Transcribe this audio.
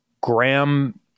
Graham